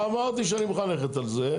אמרתי שאני מוכן ללכת על זה,